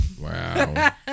Wow